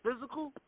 physical